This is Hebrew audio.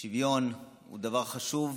שוויון הוא דבר חשוב,